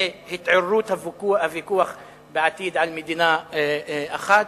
להתעוררות הוויכוח בעתיד על מדינה אחת.